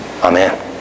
Amen